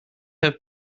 have